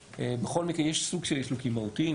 יש סוג של ליקויים מהותיים,